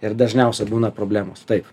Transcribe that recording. ir dažniausia būna problemos taip